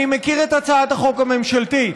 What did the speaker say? אני מכיר את הצעת החוק הממשלתית,